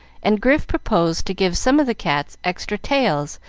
and grif proposed to give some of the cats extra tails,